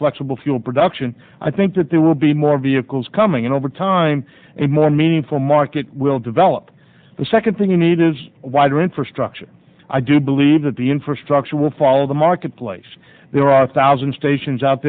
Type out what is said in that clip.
shabelle fuel production i think that there will be more vehicles coming in over time and more meaningful market will develop the second thing you need is wider infrastructure i do believe that the infrastructure will follow the marketplace there are a thousand